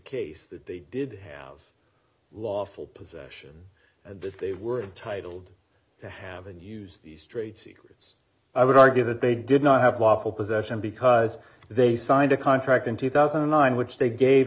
case that they did was lawful possession and that they were titled to have and use the street secrets i would argue that they did not have lawful possession because they signed a contract in two thousand and nine which they gave